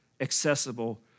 accessible